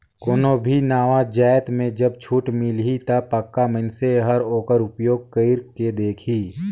कोनो भी नावा जाएत में जब छूट मिलही ता पक्का मइनसे हर ओकर उपयोग कइर के देखही